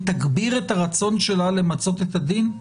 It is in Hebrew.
ותגביר את הרצון שלה למצות את הדין?